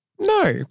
No